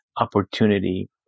opportunity